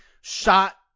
shot